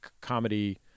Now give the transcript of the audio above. comedy